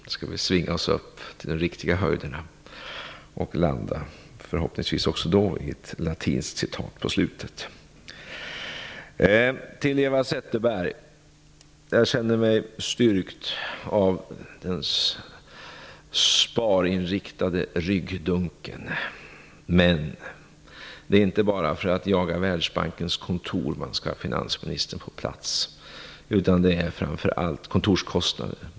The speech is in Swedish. Då skall vi svinga oss upp till de riktiga höjderna, och förhoppningsvis kommer vi också då att landa i ett latinskt citat på slutet. Jag känner mig styrkt av Eva Zetterbergs sparinriktade ryggdunk. Men det är inte bara för att jaga Världsbankens kontor som man skall ha finansministern på plats, utan det avgörande är framför allt kontorskostnaderna.